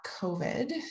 COVID